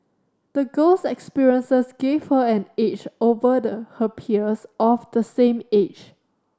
the girl's experiences gave her an edge over the her peers of the same age